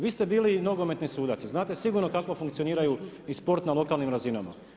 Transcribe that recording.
Vi ste bili nogometni sudac, znate sigurno kako funkcioniraju i sport na lokalnim razinama.